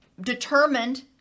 determined